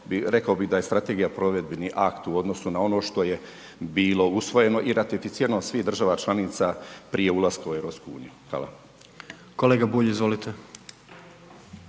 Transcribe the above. rekao bi da je strategija provedbeni akt u odnosu na ono što je bilo usvojeno i ratificirano svih država članica prije ulaska u EU. Hvala. **Jandroković,